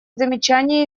замечания